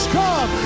come